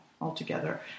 altogether